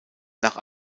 nach